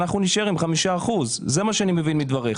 אנחנו נישאר עם 5%. זה מה שאני מבין מדבריך.